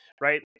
right